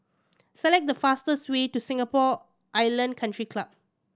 select the fastest way to Singapore Island Country Club